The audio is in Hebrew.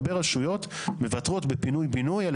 הרבה רשויות מוותרות בפינוי בינוי על